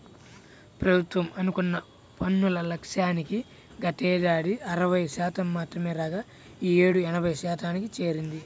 ప్రభుత్వం అనుకున్న పన్నుల లక్ష్యానికి గతేడాది అరవై శాతం మాత్రమే రాగా ఈ యేడు ఎనభై శాతానికి చేరింది